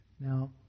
Now